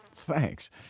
Thanks